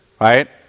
right